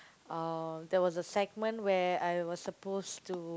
uh there was a segment where I was supposed to